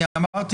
אני אמרתי